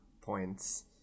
points